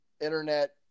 Internet